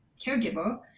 caregiver